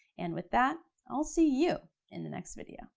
and with that, i'll see you in the next video.